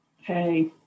hey